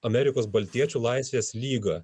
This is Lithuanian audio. amerikos baltijiečių laisvės lyga